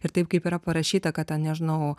ir taip kaip yra parašyta kad ten nežinau